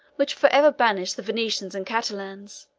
which forever banished the venetians and catalans,